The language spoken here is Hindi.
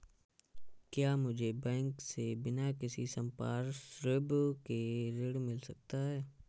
क्या मुझे बैंक से बिना किसी संपार्श्विक के ऋण मिल सकता है?